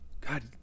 god